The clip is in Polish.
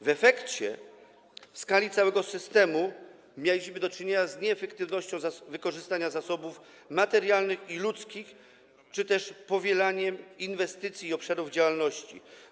W efekcie w skali całego systemu mieliśmy do czynienia z nieefektywnością wykorzystania zasobów materialnych i ludzkich czy też powielaniem inwestycji i obszarów działalności.